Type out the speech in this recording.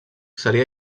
seria